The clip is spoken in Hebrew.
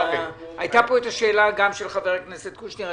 היתה פה השאלה של חבר הכנסת קושניר.